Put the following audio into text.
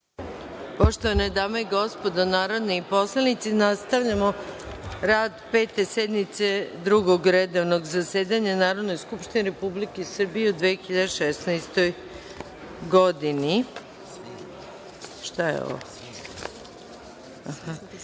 Poštovane dame i gospodo narodni poslanici, nastavljamo rad Pete sednice Drugog redovnog zasedanja Narodne skupštine Republike Srbije u 2016. godini. Na osnovu